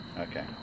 Okay